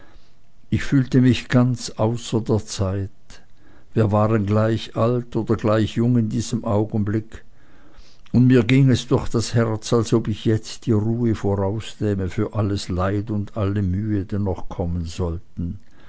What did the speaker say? ich fühlte mich ganz außer der zeit wir waren gleich alt oder gleich jung in diesem augenblicke und mir ging es durch das herz als ob ich jetzt die ruhe vorausnähme für alles leid und alle mühe die noch kommen sollten